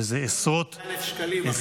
וזה עשרות, 26,000 שקלים.